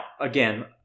again